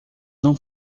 não